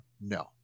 No